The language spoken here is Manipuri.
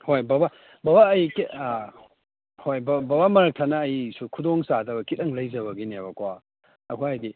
ꯍꯣꯏ ꯕꯕꯥ ꯕꯕꯥ ꯑꯩ ꯀꯩ ꯍꯣꯏ ꯕꯕꯥ ꯃꯔꯛꯊꯠꯅ ꯑꯩꯁꯨ ꯈꯨꯗꯣꯡ ꯆꯥꯗꯕ ꯈꯤꯇꯪ ꯂꯩꯖꯕꯒꯤꯅꯦꯕꯀꯣ ꯑꯩꯈꯣꯏ ꯍꯥꯏꯗꯤ